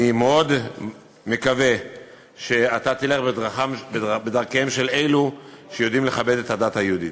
אני מאוד מקווה שאתה תלך בדרכם של אלו שיודעים לכבד את הדת היהודית.